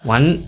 One